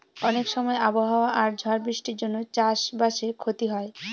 অনেক সময় আবহাওয়া আর ঝড় বৃষ্টির জন্য চাষ বাসে ক্ষতি হয়